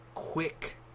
Quick